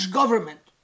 government